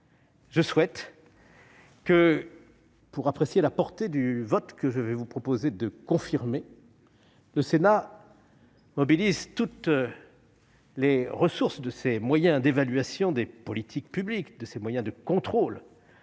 qui viennent. Pour apprécier la portée du vote que je vais vous proposer de confirmer, je souhaite que le Sénat mobilise toutes les ressources de ses moyens d'évaluation des politiques publiques, de ses moyens de contrôle